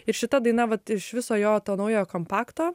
ir šita daina vat iš viso jo to naujo kompakto